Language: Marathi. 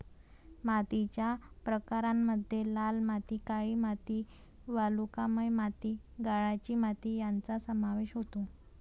मातीच्या प्रकारांमध्ये लाल माती, काळी माती, वालुकामय माती, गाळाची माती यांचा समावेश होतो